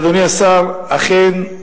אדוני השר, אכן,